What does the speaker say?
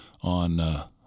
on